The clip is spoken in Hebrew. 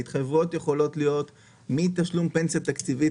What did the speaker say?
ההתחייבויות יכולות להיות מתשלום פנסיה תקציבית